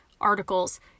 articles